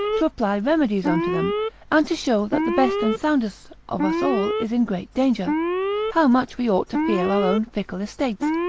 to apply remedies unto them and to show that the best and soundest of us all is in great danger how much we ought to fear our own fickle estates,